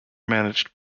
managed